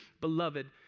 beloved